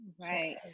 Right